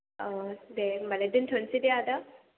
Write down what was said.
औ दे होनबालाय दोनथ'नोसै दे आदा